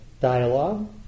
dialogue